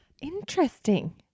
Interesting